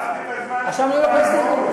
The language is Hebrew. עכשיו אני הולך להסתייגות.